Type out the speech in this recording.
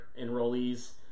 enrollees